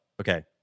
okay